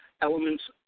elements